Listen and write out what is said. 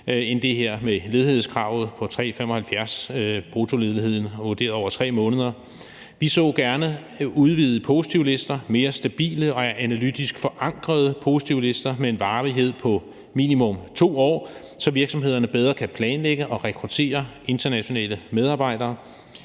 med ledighedskravet på 3,75 pct. bruttoledighed vurderet over 3 måneder. Vi så gerne udvidede positivlister, mere stabile og analytisk forankrede positivlister med en varighed på minimum 2 år, så virksomhederne bedre kan planlægge og rekruttere internationale medarbejdere.